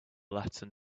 latin